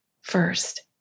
first